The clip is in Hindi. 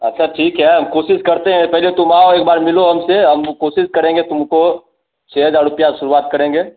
अच्छा ठीक है हम कोशिशस करते हैं पहले तुम आओ एक बार मिलो हमसे हम कोशिश करेंगे तुमको छ हजार रूपया शुरुआत करेंगे